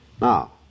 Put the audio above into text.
Now